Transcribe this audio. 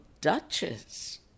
Duchess